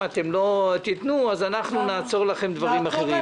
לא תיתנו אז אנחנו נעצור להם דברים אחרים.